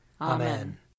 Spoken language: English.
Amen